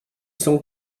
cent